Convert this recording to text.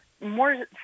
more